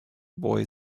boy